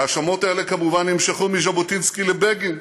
וההאשמות הללו כמובן נמשכו מז'בוטינסקי לבגין.